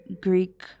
Greek